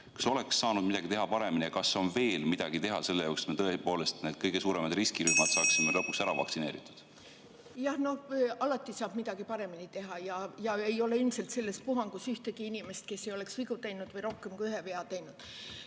Kas oleks saanud teha midagi paremini ja kas on veel midagi teha selleks, et me tõepoolest need kõige suuremad riskirühmad saaksime lõpuks ära vaktsineeritud? Jah, alati saab midagi paremini teha. Ei ole ilmselt selles puhangus ühtegi inimest, kes ei oleks vigu teinud, rohkem kui ühe vea teinud.